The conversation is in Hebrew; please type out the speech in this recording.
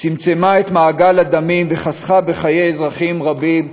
צמצמה את מעגל הדמים וחסכה בחיי אזרחים רבים,